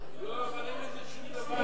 יותר טוב.